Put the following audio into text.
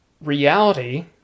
reality